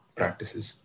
practices